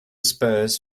spurs